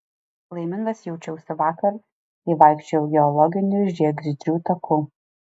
laimingas jaučiausi vakar kai vaikščiojau geologiniu žiegždrių taku